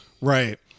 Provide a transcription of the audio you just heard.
Right